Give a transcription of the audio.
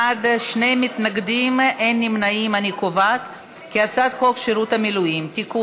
ההצעה להעביר את הצעת חוק שירות המילואים (תיקון,